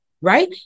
right